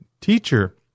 teacher